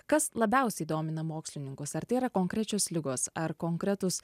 kas labiausiai domina mokslininkus ar tai yra konkrečios ligos ar konkretūs